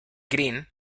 green